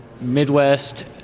Midwest